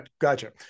Gotcha